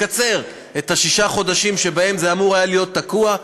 לקצר את ששת החודשים שבהם זה היה אמור להיות תקוע,